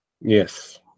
Yes